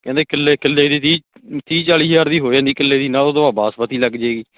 ਕਹਿੰਦੇ ਕਿੱਲੇ ਕਿੱਲੇ ਦੀ ਜੀ ਤੀਹ ਤੀਹ ਚਾਲੀ ਹਜ਼ਾਰ ਦੀ ਹੋ ਜਾਂਦੀ ਕਿੱਲੇ ਦੀ ਨਾਲੇ ਉਦੋਂ ਆਹ ਬਾਸਮਤੀ ਲੱਗ ਜਾਵੇਗੀ